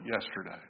yesterday